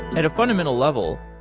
at a fundamental level,